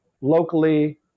locally